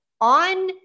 on